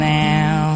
now